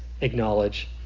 acknowledge